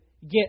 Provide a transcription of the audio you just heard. get